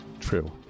True